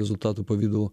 rezultatų pavidalu